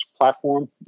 platform